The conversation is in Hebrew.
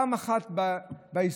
פעם אחת בהיסטוריה,